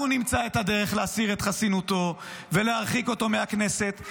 אנחנו נמצא את הדרך להסיר את חסינותו ולהרחיק אותו מהכנסת.